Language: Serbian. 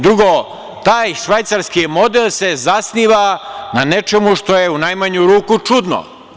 Drugo, taj „švajcarski model“ se zasniva na nečemu što je, u najmanju ruku, čudno.